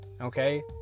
Okay